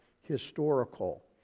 historical